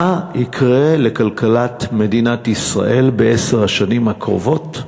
מה יקרה לכלכלת מדינת ישראל בעשר השנים הקרובות?